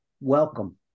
welcome